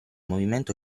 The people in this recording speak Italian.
movimento